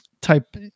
type